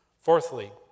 Fourthly